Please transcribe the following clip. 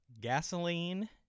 gasoline